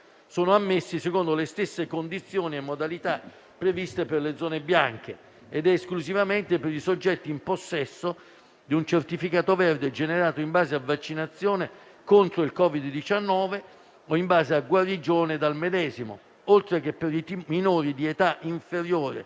sono ammessi secondo le stesse condizioni e modalità previste per le zone bianche ed esclusivamente per i soggetti in possesso di un certificato verde generato in base a vaccinazione contro il Covid-19 o in base a guarigione dal medesimo, oltre che per i minori di età inferiore